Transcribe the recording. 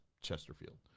Chesterfield